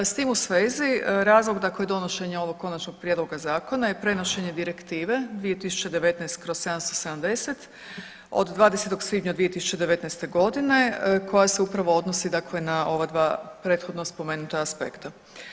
S tim u svezi razlog dakle donošenja ovog konačnog prijedloga zakona je prenošenje Direktive 2019/770 od 20. svibnja 2019. godine koja je upravo odnosi dakle na ova dva prethodno spomenuta aspekta.